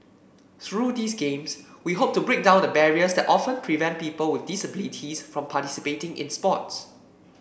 through these Games we hope to break down the barriers that often prevent people with disabilities from participating in sports